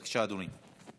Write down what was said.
בבקשה, אדוני.